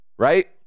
Right